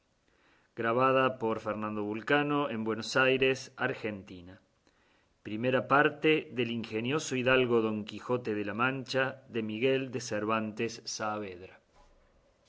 su majestad he visto este libro de la segunda parte del ingenioso caballero don quijote de la mancha por miguel de cervantes saavedra